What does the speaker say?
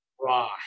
raw